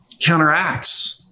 counteracts